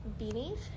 beanies